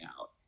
out